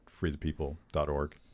freethepeople.org